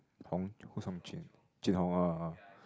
Hong who is Hong Jun Jun Hong oh oh oh